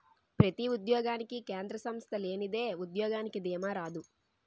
ప్రతి ఉద్యోగానికి కేంద్ర సంస్థ లేనిదే ఉద్యోగానికి దీమా రాదు